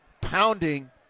pounding